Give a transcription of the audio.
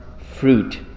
fruit